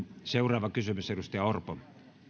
seuraava kysymys edustaja orpo